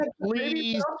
ladies